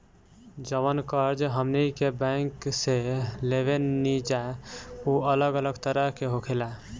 जवन कर्ज हमनी के बैंक से लेवे निजा उ अलग अलग तरह के होखेला